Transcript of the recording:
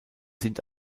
sind